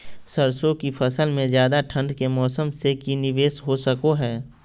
सरसों की फसल में ज्यादा ठंड के मौसम से की निवेस हो सको हय?